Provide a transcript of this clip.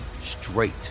straight